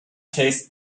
case